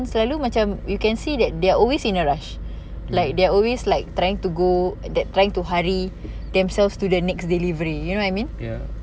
selalu macam you can see that they're always in a rush like they're always like trying to go that trying to hurry themselves to the next delivery you know what I mean